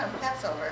Passover